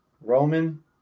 Roman